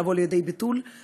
לבוא לידי ביטוי,